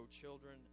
children